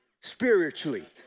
spiritually